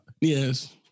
Yes